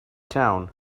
town